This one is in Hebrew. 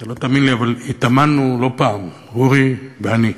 אתה לא תאמין לי, אבל התאמנו לא פעם, אורי ואני,